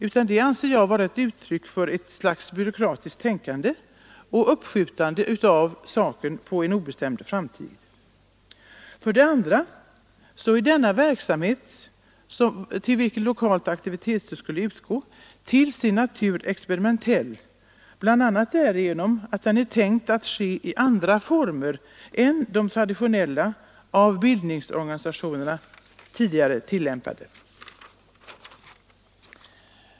Jag anser det vara ett utslag av byråkratiskt tänkande och ett uppskjutande av saken på en obestämd framtid. Dessutom är den verksamhet till vilken lokalt aktivitetsstöd skulle utgå till sin natur experimentell bl.a. på grund av att avsikten är att den skall bedrivas i andra former än de traditionella och av bildningsorganisationerna tidigare tillämpade.